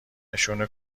نشون